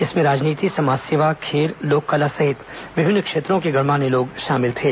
इनमें राजनीति समाजसेवा खेल लोककला सहित विभिन्न क्षेत्रों के गणमान्य लोग शामिल थे